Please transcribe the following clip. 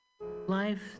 Life